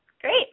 Great